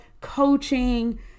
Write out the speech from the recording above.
coaching